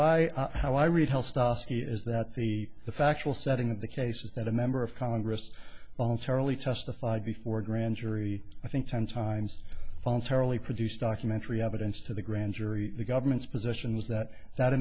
i how i read hell stuff he is that the the factual setting of the case is that a member of congress voluntarily testified before a grand jury i think sometimes voluntarily produced documentary evidence to the grand jury the government's position is that that